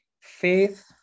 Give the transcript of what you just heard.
faith